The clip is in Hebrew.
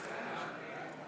(ערים קולטות עלייה),